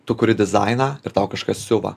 tu kuri dizainą ir tau kažkas siuva